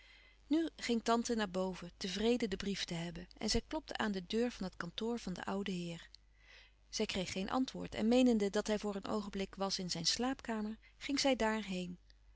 nu ging tante naar boven tevreden den brief te hebben en zij klopte aan de deur van het kantoor van den ouden heer zij kreeg geen antwoord en meenende dat hij voor een oogenblik was in zijn slaapkamer ging zij